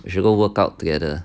we should go workout together